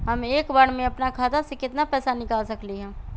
हम एक बार में अपना खाता से केतना पैसा निकाल सकली ह?